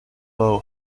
bow